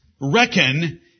reckon